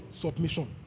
submission